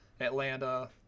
atlanta